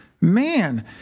man